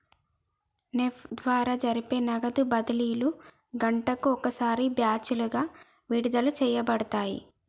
NEFT ద్వారా జరిపే నగదు బదిలీలు గంటకు ఒకసారి బ్యాచులుగా విడుదల చేయబడతాయి